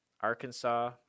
Arkansas